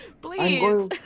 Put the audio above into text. Please